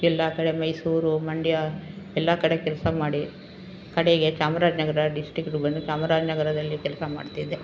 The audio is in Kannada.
ಎಲ್ಲ ಕಡೆ ಮೈಸೂರು ಮಂಡ್ಯ ಎಲ್ಲ ಕಡೆ ಕೆಲಸ ಮಾಡಿ ಕಡೆಗೆ ಚಾಮರಾಜನಗರ ಡಿಸ್ಟಿಕ್ಟಿಗೆ ಬಂದು ಚಾಮರಾಜನಗರದಲ್ಲಿ ಕೆಲಸ ಮಾಡ್ತಿದ್ದೆ